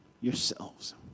yourselves